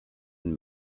and